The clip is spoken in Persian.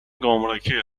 گمرکی